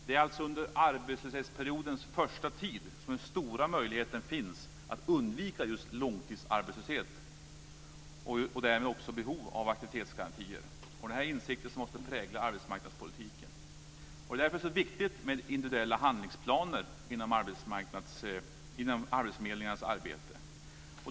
Det är alltså under arbetslöshetsperiodens första tid som den stora möjligheten finns att undvika just långtidsarbetslöshet, och därmed också behov av att ha aktivitetsgarantier. Det är insikter som måste prägla arbetsmarknadspolitiken. Därför är det så viktigt med individuella handlingsplaner inom arbetsförmedlingarnas arbete.